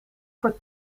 voor